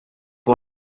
por